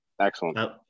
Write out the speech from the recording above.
Excellent